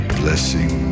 blessing